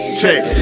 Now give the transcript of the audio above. check